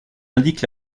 indique